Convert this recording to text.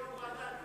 כיושב-ראש ועדה,